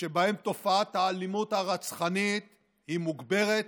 שבהם תופעת האלימות הרצחנית היא מוגברת,